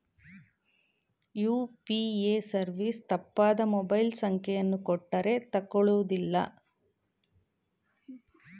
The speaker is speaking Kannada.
ಯು.ಪಿ.ಎ ಸರ್ವಿಸ್ ತಪ್ಪಾದ ಮೊಬೈಲ್ ಸಂಖ್ಯೆಯನ್ನು ಕೊಟ್ಟರೇ ತಕೊಳ್ಳುವುದಿಲ್ಲ